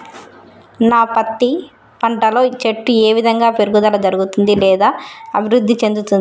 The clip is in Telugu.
నా పత్తి పంట లో చెట్టు ఏ విధంగా పెరుగుదల జరుగుతుంది లేదా అభివృద్ధి చెందుతుంది?